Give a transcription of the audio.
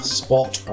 spot